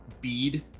bead